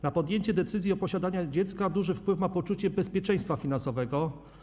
Na podjęcie decyzji o posiadaniu dziecka duży wpływ ma poczucie bezpieczeństwa finansowego.